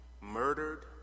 murdered